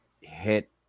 hit